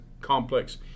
complex